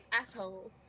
asshole